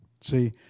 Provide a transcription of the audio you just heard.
See